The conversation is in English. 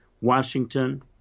Washington